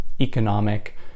economic